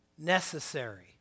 necessary